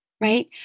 right